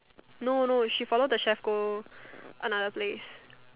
no no she follow the chef go another place